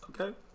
Okay